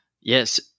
Yes